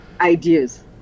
ideas